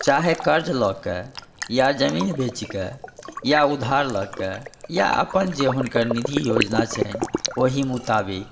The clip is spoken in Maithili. चाहे कर्ज लऽ कऽ या जमीन बेचिकऽ या उधार लऽ कऽ या अपन जे हुनकर निधि योजना छनि ओहि मोताबिक